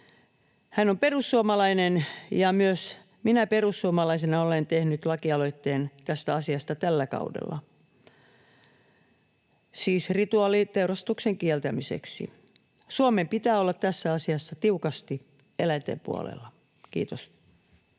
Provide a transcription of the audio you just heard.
Hän on perussuomalainen, ja myös minä perussuomalaisena olen tehnyt lakialoitteen tästä asiasta tällä kaudella rituaaliteurastuksen kieltämiseksi. Suomen pitää olla tässä asiassa tiukasti eläinten puolella. — Kiitos.